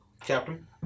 Captain